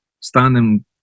standing